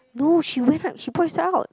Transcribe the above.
no she went out she points that out